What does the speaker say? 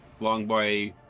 Longboy